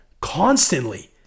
constantly